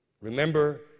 remember